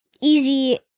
Easy